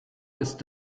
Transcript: ist